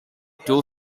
two